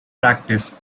practice